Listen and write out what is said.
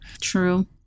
True